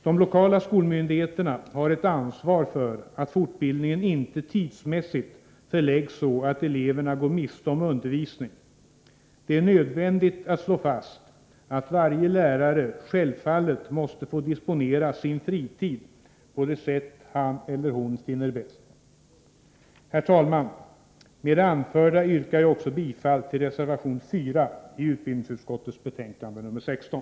De lokala skolmyndigheterna har ett ansvar för att fortbildningen inte tidsmässigt förläggs så att eleverna går miste om undervisning. Det är nödvändigt att slå fast att varje lärare självfallet måste få disponera sin fritid på det sätt han eller hon finner bäst. Herr talman! Med det anförda yrkar jag också bifall till reservation nr 4 i utbildningsutskottets betänkande nr 16.